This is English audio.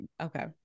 Okay